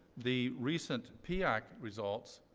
the recent piaac results,